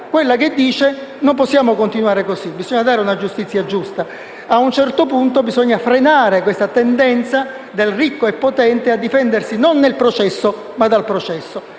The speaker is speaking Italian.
quella che dice che non possiamo continuare così, bisogna dare una giustizia giusta, ad un certo punto, bisogna frenare questa tendenza del ricco e potente a difendersi non nel processo, ma dal processo;